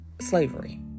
slavery